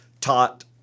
Taught